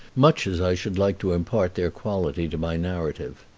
much as i should like to impart their quality to my narrative.